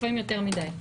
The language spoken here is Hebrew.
לפעמים יותר מדיי.